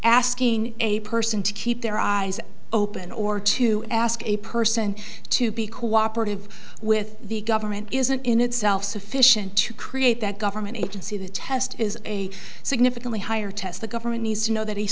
asking a person to keep their eyes open or to ask a person to be cooperative with the government isn't in itself sufficient to create that government agency the test is a significantly higher test the government needs to know that he